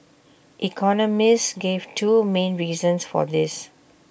economists gave two main reasons for this